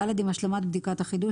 עם השלמת בדיקת החידוש,